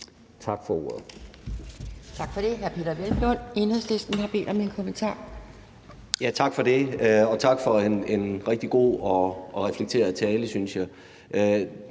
Tak for ordet.